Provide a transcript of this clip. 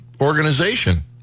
organization